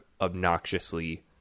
obnoxiously